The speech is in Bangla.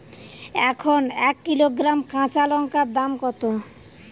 এখন এক কিলোগ্রাম কাঁচা লঙ্কার দাম কত?